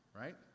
right